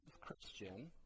Christian